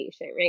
right